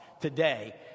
today